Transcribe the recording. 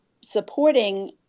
supporting